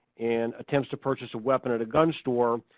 and attempts to purchase a weapon at a gun store.